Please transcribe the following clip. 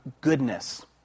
goodness